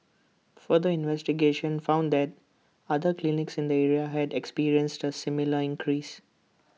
further investigations found that other clinics in the area had experienced A similar increase